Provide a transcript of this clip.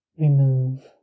remove